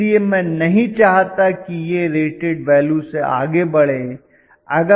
इसलिए मैं नहीं चाहता कि यह रेटेड वैल्यू से आगे बढ़े